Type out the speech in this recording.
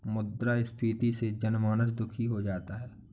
मुद्रास्फीति से जनमानस दुखी हो जाता है